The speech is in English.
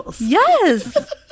Yes